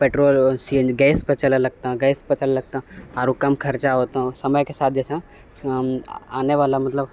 petrol C N G gas पर चलैया लगतँ गैस पर चलए लगतँ आरो कम खर्चा होतँ समय के साथ जे छँ आनेवाला मतलब